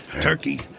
Turkey